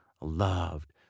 Loved